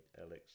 Alex